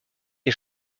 les